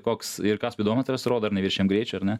koks ir ką spidometras rodo ar neviršijam greičio ar ne